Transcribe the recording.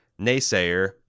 naysayer